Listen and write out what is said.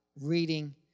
reading